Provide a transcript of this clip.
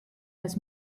dass